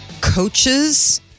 coaches